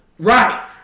Right